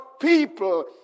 people